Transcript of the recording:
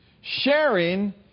Sharing